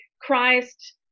Christ